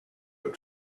with